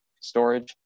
storage